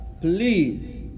please